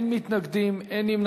אנחנו בעד מוץ מטלון.